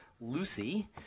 Lucy